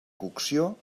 cocció